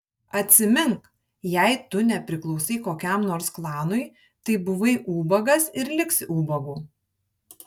atsimink jei tu nepriklausai kokiam nors klanui tai buvai ubagas ir liksi ubagu